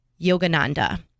Yogananda